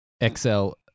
Excel